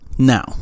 Now